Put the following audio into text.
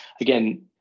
again